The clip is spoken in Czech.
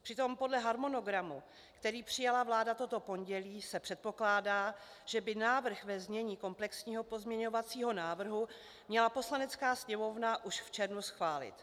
Přitom podle harmonogramu, který přijala vláda toto pondělí, se předpokládá, že by návrh ve znění komplexního pozměňovacího návrhu měla Poslanecká sněmovna už v červnu schválit.